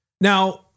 Now